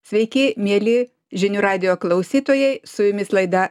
sveiki mieli žinių radijo klausytojai su jumis laida